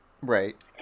Right